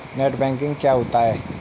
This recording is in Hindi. नेट बैंकिंग क्या होता है?